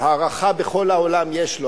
הערכה בכל העולם יש לו.